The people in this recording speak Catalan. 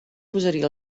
posaria